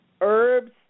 herbs